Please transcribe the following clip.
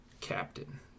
Captain